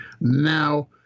Now